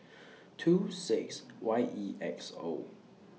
two six Y E X O